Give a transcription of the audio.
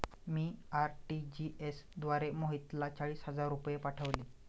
मी RTGS द्वारे मोहितला चाळीस हजार रुपये पाठवले